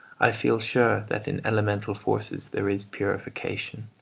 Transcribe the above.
i feel sure that in elemental forces there is purification,